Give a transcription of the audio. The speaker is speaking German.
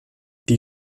die